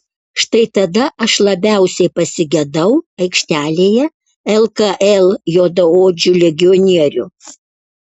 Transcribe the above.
štai tada aš labiausiai pasigedau aikštelėje lkl juodaodžių legionierių